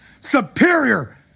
superior